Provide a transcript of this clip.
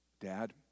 Dad